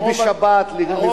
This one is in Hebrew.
שירצו לסגור כבישים בשבת.